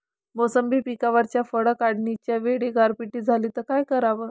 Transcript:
मोसंबी पिकावरच्या फळं काढनीच्या वेळी गारपीट झाली त काय कराव?